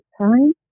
time